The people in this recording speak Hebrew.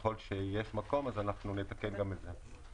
במידה ויש מקום, נתקן גם את זה.